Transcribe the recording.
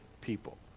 people